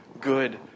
good